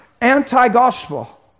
anti-gospel